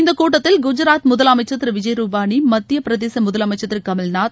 இந்த கூட்டத்தில் குஜராத் முதலமைச்சர் திரு விஜய் ருபானி மத்திய பிரதேச முதலமைச்சர் திரு கமல் நாத்